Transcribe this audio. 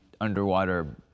underwater